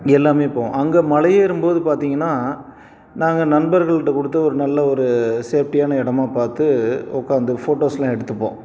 எல்லாமே போவோம் அங்கே மலை ஏறும்போது பார்த்தீங்கன்னா நாங்கள் நண்பர்கள்கிட்ட கொடுத்து ஒரு நல்ல ஒரு சேஃப்டியான இடமா பார்த்து உட்காந்து ஃபோட்டோஸ்லாம் எடுத்துப்போம்